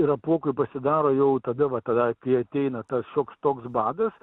ir apuokui pasidaro jau tada va tada kai ateina tas šioks toks badas